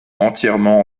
entièrement